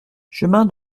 chemin